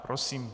Prosím.